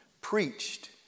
preached